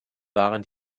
waren